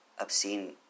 obscene